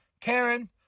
Karen